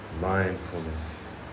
mindfulness